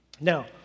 Now